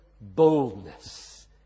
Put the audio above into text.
boldness